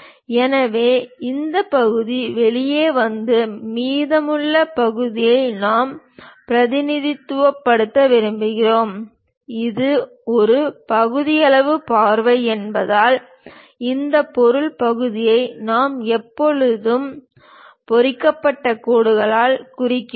எனவே இந்த பகுதி வெளியே வந்து மீதமுள்ள பகுதியை நாம் பிரதிநிதித்துவப்படுத்துகிறோம் இது ஒரு பகுதியளவு பார்வை என்பதால் இந்த பொருள் பகுதியை நாம் எப்போதும் பொறிக்கப்பட்ட கோடுகளால் குறிக்கிறோம்